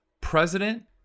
President